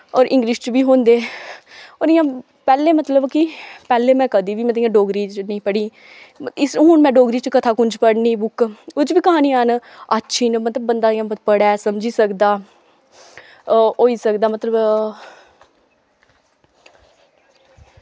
होर इंग्लिश च बी होंदे होर इ'यां पैह्लें मतलब कि पैह्लें में कदें बी मतलब कि इयां डोगरी च नी पढ़ी हून में डोगरी च कथाकुंज पढ़नी बुक्क ओह्दे च बी क्हानियां न अच्छी न मतलब बंदा इ'यां पढ़ै समझी सकदा होई सकदा मतलब